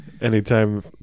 anytime